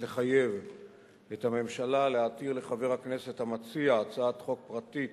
לחייב את הממשלה להתיר לחבר הכנסת המציע הצעת חוק פרטית